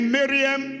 Miriam